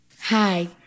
Hi